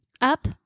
up